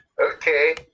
okay